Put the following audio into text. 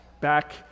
back